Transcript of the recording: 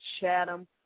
Chatham